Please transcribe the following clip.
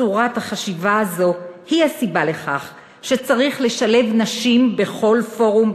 צורת החשיבה הזאת היא הסיבה לכך שצריך לשלב נשים בכל פורום,